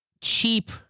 cheap